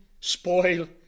spoil